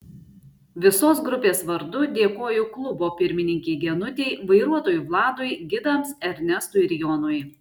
visos grupės vardu dėkoju klubo pirmininkei genutei vairuotojui vladui gidams ernestui ir jonui